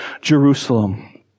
Jerusalem